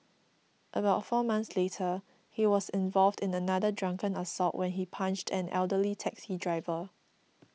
about four months later he was involved in another drunken assault when he punched an elderly taxi driver